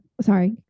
sorry